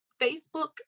Facebook